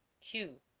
que,